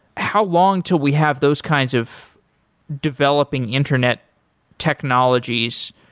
how long till we have those kinds of developing internet technologies